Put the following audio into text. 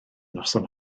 noson